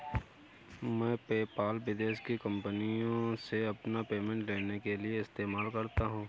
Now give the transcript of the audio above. मैं पेपाल विदेश की कंपनीयों से अपना पेमेंट लेने के लिए इस्तेमाल करता हूँ